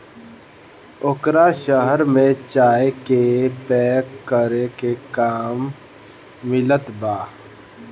ओकरा शहर में चाय के पैक करे के काम मिलत बा